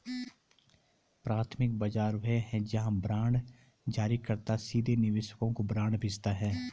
प्राथमिक बाजार वह है जहां बांड जारीकर्ता सीधे निवेशकों को बांड बेचता है